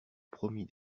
promit